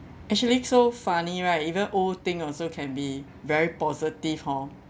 actually so funny right even old thing also can be very positive hor